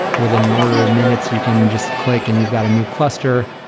within an order of minutes, you can just click and you've got a new cluster.